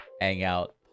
hangout